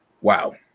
wow